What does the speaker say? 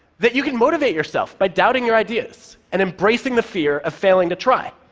that you can motivate yourself by doubting your ideas and embracing the fear of failing to try,